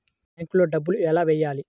బ్యాంక్లో డబ్బులు ఎలా వెయ్యాలి?